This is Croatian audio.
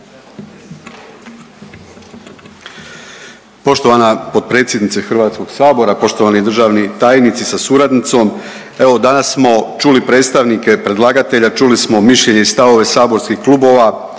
Poštovana potpredsjednice Hrvatskoga sabora, poštovani državni tajnici sa suradnicom. Evo danas smo čuli predstavnike predlagatelja, čuli smo mišljenje i stavove saborskih klubova